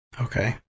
Okay